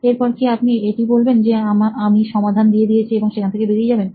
এরপর কি আপনি এটি বলবেন যে আমি সমাধান দিয়ে দিয়েছি এবং সেখান থেকে বেরিয়ে যাবেন